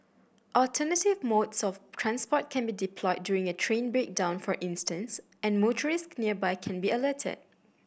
alternative modes of transport can be deployed during a train breakdown for instance and motorists nearby can be alerted